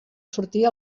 sortir